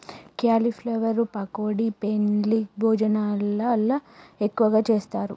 cauliflower pakodi పెండ్లి భోజనాలల్ల ఎక్కువగా చేస్తారు